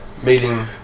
meeting